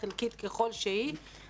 חלקית ככל שהיא,